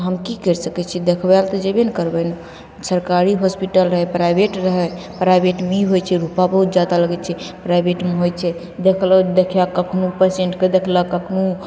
हम कि करि सकै छिए देखबैके तऽ जेबे ने करबै सरकारी हॉसपिटल रहै प्राइवेट रहै प्राइवेटमे ई होइ छै रुपा बहुत जादा लागै छै प्राइवेटमे होइ छै देखलो देखैके कखनहु पेशेन्टके देखलक कखनहु